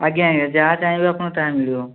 ଆଜ୍ଞା ଆଜ୍ଞା ଯାହା ଚାହିଁବେ ଆପଣ ତାହା ମିଳିବ